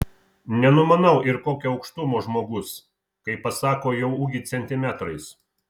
nenumanau ir kokio aukštumo žmogus kai pasako jo ūgį centimetrais